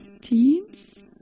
teens